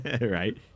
Right